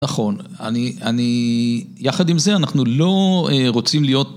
נכון, אני, אני, יחד עם זה אנחנו לא רוצים להיות